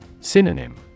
Synonym